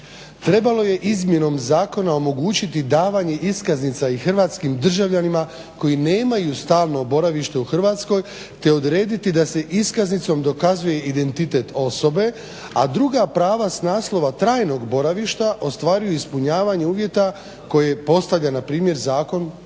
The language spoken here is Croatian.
Trebalo je izmjenom zakona omogućiti davanje iskaznica i hrvatskim državljanima koji nemaju stalno boravište u Hrvatskoj te odrediti da se iskaznicom dokazuje identitet osobe, a druga prava s naslova trajnog boravišta ostvaruju ispunjavanje uvjeta koje postavlja npr. Zakon o